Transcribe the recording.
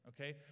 okay